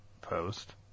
post